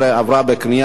נתקבל.